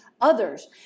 others